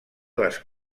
les